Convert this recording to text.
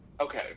Okay